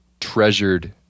treasured